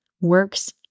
works